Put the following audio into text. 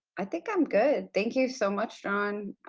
i think i'm good. thank you so much, jon.